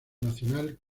nacional